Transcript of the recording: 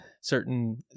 certain